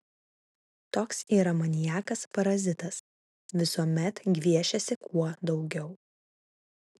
toks yra maniakas parazitas visuomet gviešiasi kuo daugiau